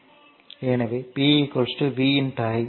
எனவே P V i